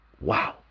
Wow